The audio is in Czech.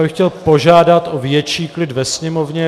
Chtěl bych požádat o větší klid ve Sněmovně.